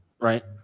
right